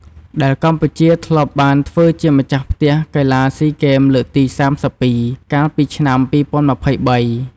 ដែលកម្ពុជាធ្លាប់បានធ្វើជាម្ចាស់ផ្ទះកីឡាស៊ីហ្គេមលើកទី៣២ កាលពីឆ្នាំ២០២៣។